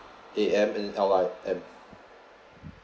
A M and L I M